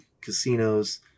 casinos